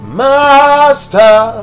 master